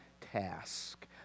task